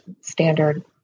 standard